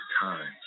time